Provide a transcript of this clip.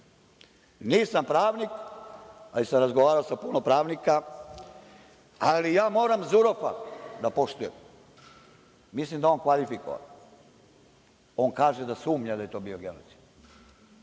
Nisam pravnik ali sam razgovarao sa puno pravnika, ali ja moram Zuropa da poštujem. Mislim da je on kvalifikovan. On kaže da sumnja da je to bio genocid.